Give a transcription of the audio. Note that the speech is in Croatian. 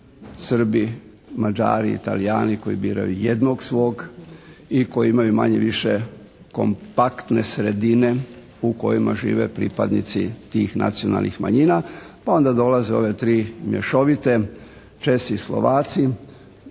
Srbi, Mađari i Talijani koji biraju jednog svog i koji imaju manje ili više kompaktne sredine u kojima žive pripadnici tih nacionalnih manjina. Pa onda dolaze ove tri mješovite: Česi, Slovaci.